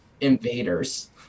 invaders